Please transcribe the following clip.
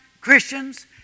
Christians